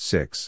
Six